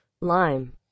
Lime